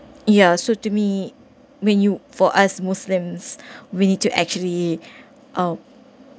ya so to me when you for us muslims we need to actually uh